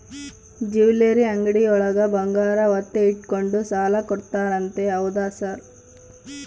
Jewellery ಅಂಗಡಿಯೊಳಗ ಬಂಗಾರ ಒತ್ತೆ ಇಟ್ಕೊಂಡು ಸಾಲ ಕೊಡ್ತಾರಂತೆ ಹೌದಾ ಸರ್?